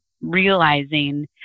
realizing